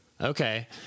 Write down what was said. Okay